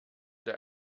der